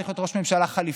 צריך להיות ראש ממשלה חליפי?